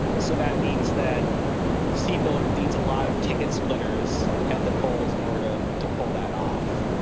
so that means that cbl needs a lot of ticket splitters at the polls in order to pull that off